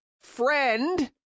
friend